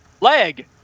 leg